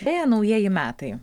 beje naujieji metai